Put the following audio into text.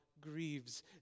grieves